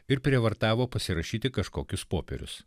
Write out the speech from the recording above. ir prievartavo pasirašyti kažkokius popierius